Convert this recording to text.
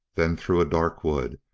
then through a dark wood,